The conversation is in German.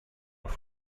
doch